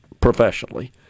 professionally